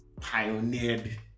pioneered